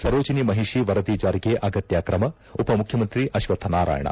ಸರೋಜಿನಿ ಮಹಿಷಿ ವರದಿ ಜಾರಿಗೆ ಅಗತ್ಯ ಕ್ರಮ ಉಪಮುಖ್ಯಮಂತ್ರಿ ಅಶ್ವತ್ವನಾರಾಯಣ